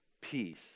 peace